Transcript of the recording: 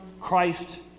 Christ